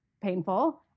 painful